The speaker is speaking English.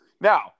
now